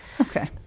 Okay